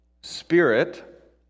spirit